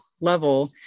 level